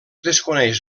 desconeix